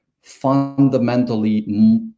fundamentally